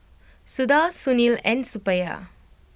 Suda Sunil and Suppiah